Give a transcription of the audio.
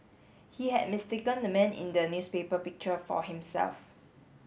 he had mistaken the man in the newspaper picture for himself